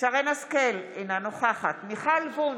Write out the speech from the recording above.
שרן מרים השכל, אינה נוכחת מיכל וונש,